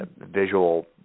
visual